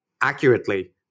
accurately